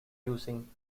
using